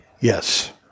yes